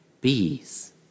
Bees